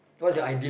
uh